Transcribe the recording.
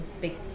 big